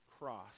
cross